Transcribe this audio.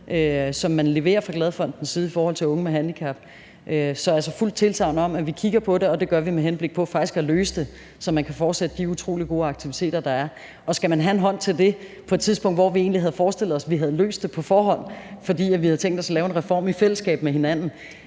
som man leverer fra Glad Fondens side, i forhold til unge med handicap. Så jeg giver altså et fuldt tilsagn om, at vi kigger på det, og det gør vi med henblik på faktisk at løse det, så man kan fortsætte de utrolig gode aktiviteter, der er. Og skal man have en hånd til det på et tidspunkt, hvor vi egentlig havde forestillet os at vi havde løst det på forhånd, fordi vi havde tænkt os at lave en reform i fællesskab med hinanden